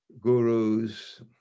gurus